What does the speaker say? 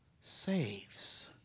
saves